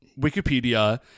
Wikipedia